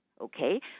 Okay